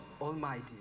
Almighty